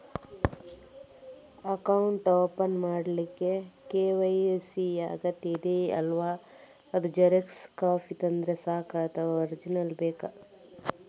Account open ಮಾಡ್ಲಿಕ್ಕೆ KYC ಯಾ ಅಗತ್ಯ ಇದೆ ಅಲ್ವ ಅದು ಜೆರಾಕ್ಸ್ ಕಾಪಿ ತಂದ್ರೆ ಸಾಕ ಅಥವಾ ಒರಿಜಿನಲ್ ಬೇಕಾ?